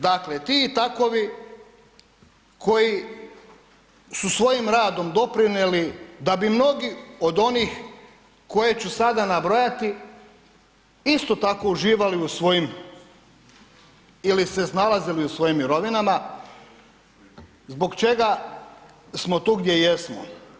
Dakle, ti i takovi koji su svojim radom doprinijeli da bi mnogi od onih koje ću sada nabrojati isto tako uživali u svojim ili se snalazili u svojim mirovinama zbog čega smo tu gdje jesmo.